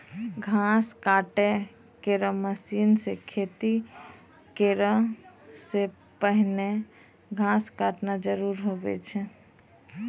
घास काटै केरो मसीन सें खेती करै सें पहिने घास काटना जरूरी होय छै?